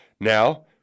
Now